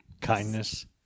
kindness